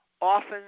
often